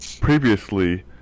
previously